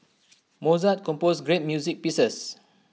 Mozart composed great music pieces